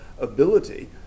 ability